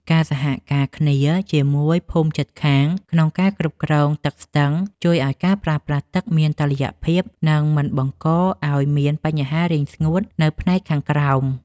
ការសហការគ្នាជាមួយភូមិជិតខាងក្នុងការគ្រប់គ្រងទឹកស្ទឹងជួយឱ្យការប្រើប្រាស់ទឹកមានតុល្យភាព និងមិនបង្កឱ្យមានបញ្ហារីងស្ងួតនៅផ្នែកខាងក្រោម។